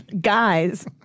guys